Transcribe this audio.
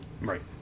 Right